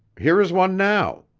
here is one now.